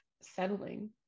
settling